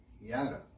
Yada